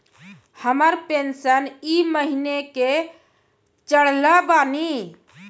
हमर पेंशन ई महीने के चढ़लऽ बानी?